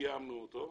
סיימנו אותו,